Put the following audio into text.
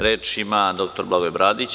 Reč ima dr Blagoje Bradić.